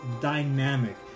dynamic